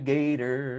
Gator